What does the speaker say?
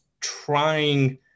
trying